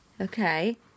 Okay